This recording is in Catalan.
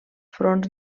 fronts